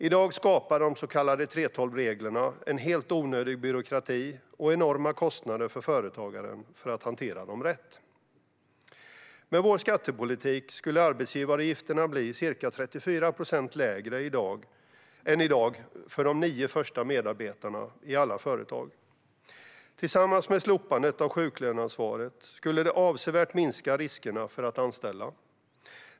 I dag skapar de så kallade 3:12-reglerna en helt onödig byråkrati och enorma kostnader för företagaren, för att de ska hanteras på rätt sätt. Med vår skattepolitik skulle arbetsgivaravgifterna bli ca 34 procent lägre än i dag för de nio första medarbetarna i alla företag. Tillsammans med slopandet av sjuklöneansvaret skulle det minska riskerna för att anställa avsevärt.